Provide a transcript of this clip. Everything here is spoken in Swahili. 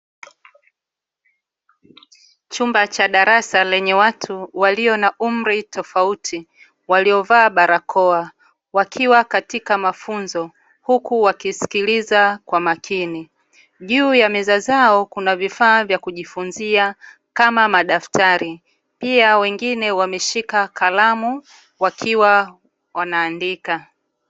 Chumba cha darasa lenye watu walio na umri tofauti waliovaa barakoa wakiwa katika mafunzo huku wakisikiliza kwa makini. Juu ya meza zao kuna vifaa vya kujifunzia kama madaftari pia wengine wameshika kalamu wakiwa wanaandika.